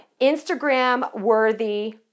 Instagram-worthy